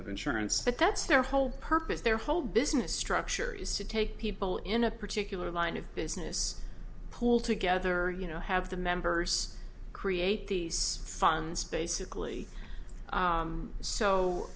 of insurance but that's their whole purpose the the whole business structure is to take people in a particular line of business pull together you know have the members create these funds basically